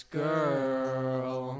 girl